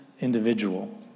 individual